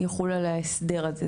יחול עליה ההסדר הזה.